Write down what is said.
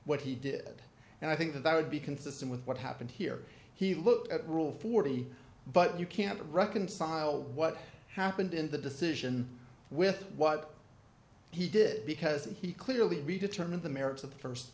what he did and i think that that would be consistent with what happened here he looked at rule forty but you can't reconcile what happened in the decision with what he did because he clearly determined the merits of the